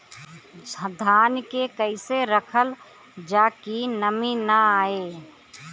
धान के कइसे रखल जाकि नमी न आए?